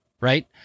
Right